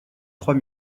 trois